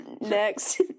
next